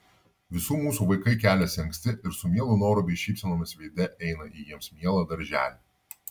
visų mūsų vaikai keliasi anksti ir su mielu noru bei šypsenomis veide eina į jiems mielą darželį